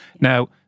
Now